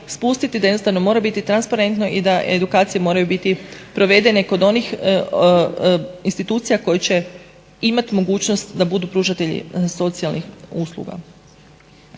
da jednostavno mora biti transparentno i da edukacije moraju biti provedene kod onih institucija koje će imati mogućnost da budu pružatelji socijalnih usluga.